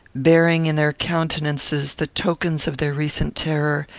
bearing in their countenances the tokens of their recent terror,